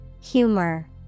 Humor